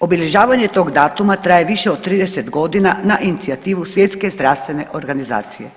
Obilježavanje tog datuma traje više od 30 godina na inicijativu Svjetske zdravstvene organizacije.